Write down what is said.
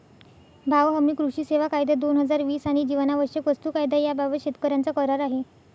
भाव हमी, कृषी सेवा कायदा, दोन हजार वीस आणि जीवनावश्यक वस्तू कायदा याबाबत शेतकऱ्यांचा करार आहे